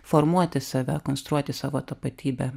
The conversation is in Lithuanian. formuoti save konstruoti savo tapatybę